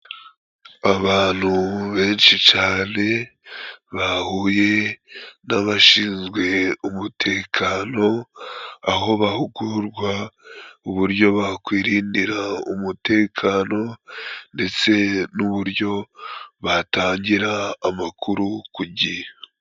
Abantu benshi cane bahuye n'abashinzwe umutekano, aho bahugurwa uburyo bakwirindira umutekano ndetse n'uburyo batangira amakuru ku gihe.